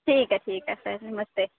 ठीक ऐ ठीक ऐ फिर नमस्ते